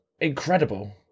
incredible